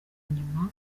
nyuma